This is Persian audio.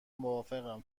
موافقم